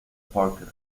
parker